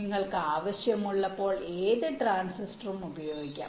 നിങ്ങൾക്ക് ആവശ്യമുള്ളപ്പോൾ ഏത് ട്രാൻസിസ്റ്ററും ഉപയോഗിക്കാം